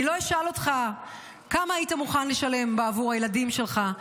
אני לא אשאל אותך כמה היית מוכן לשלם בעבור הילדים שלך.